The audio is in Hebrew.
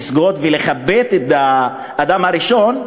לסגוד ולכבד את האדם הראשון,